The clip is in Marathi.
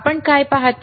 आपण काय पाहता